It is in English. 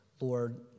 Lord